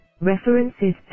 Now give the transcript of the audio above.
references